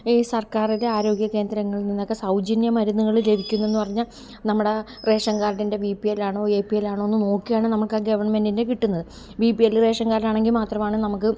ഈ സർക്കാരിൻ്റെ ആരോഗ്യകേന്ദ്രങ്ങളിൽ നിന്നൊക്കെ സൗജന്യ മരുന്നുകള് ലഭിക്കുന്നെന്ന് പറഞ്ഞാല് നമ്മുടെ റേഷൻ കാർഡിൻ്റെ ബി പി എല്ലാണോ എ പി എല്ലാണോ എന്ന് നോക്കിയാണ് നമുക്കാ ഗവൺമെൻറ്റിൻ്റെ കിട്ടുന്നത് B P L ration card ആണെങ്കില് മാത്രമാണ് നമുക്ക്